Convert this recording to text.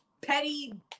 petty